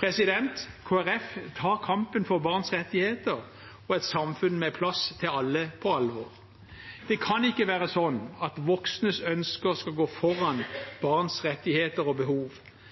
Kristelig Folkeparti tar kampen for barns rettigheter og et samfunn med plass til alle på alvor. Det kan ikke være sånn at voksnes ønsker skal gå foran barns rettigheter og behov,